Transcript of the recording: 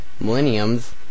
millenniums